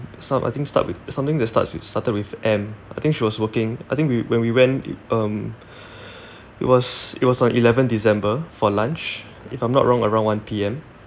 some~ I think start with something that starts with started with M I think she was working I think we when we went it um it was it was on eleventh december for lunch if I'm not wrong around one P_M